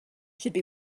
should